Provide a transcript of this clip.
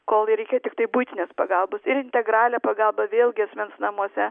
kol reikia tiktai buitinės pagalbos ir integralią pagalbą vėlgi asmens namuose